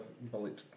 bullet